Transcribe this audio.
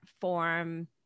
form